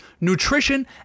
nutrition